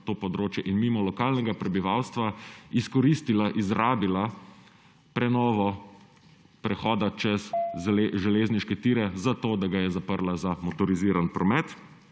to območje, in mimo lokalnega prebivalstva izkoristila, izrabila prenovo prehoda čez železniške tire za to, da ga je zaprla za motorizirani promet